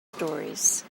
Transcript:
stories